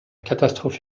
catastrophe